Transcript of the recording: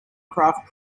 craft